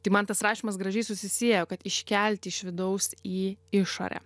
tai man tas rašymas gražiai susisiejo kad iškelti iš vidaus į išorę